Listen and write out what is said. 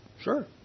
Sure